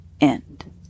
End